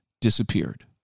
disappeared